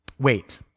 Wait